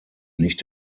nicht